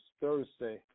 Thursday